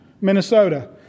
Minnesota